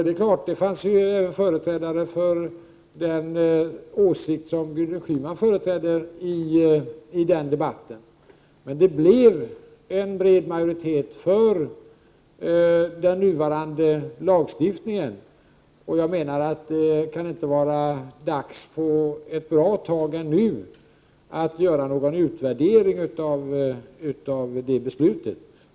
Det fanns i den debatten även företrädare för den uppfattning som Gudrun Prot. 1988/89:123 Schyman har. Men det blev en bred majoritet för den nuvarande lagstiftning 29 maj 1989 en, och jag menar att det inte på ett bra tag ännu kan vara dags att göra någon utvärdering av det beslutet.